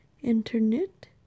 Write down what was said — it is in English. internet